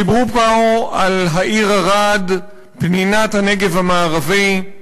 דיברנו פה על העיר ערד, פנינת הנגב המערבי,